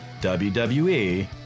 WWE